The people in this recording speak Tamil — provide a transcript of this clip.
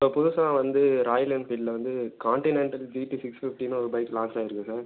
இப்போ புதுசாக வந்து ராயல் என்ஃபீல்டில் வந்து காண்டினெண்ட்டல் ஜிடி சிக்ஸ் ஃபிஃப்டினு ஒரு பைக் லான்ச் ஆயிருக்கு சார்